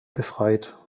befreit